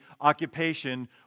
occupation